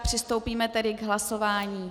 Přistoupíme tedy k hlasování.